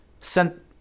Sent